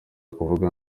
kuvugana